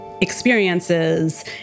experiences